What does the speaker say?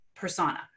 persona